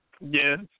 Yes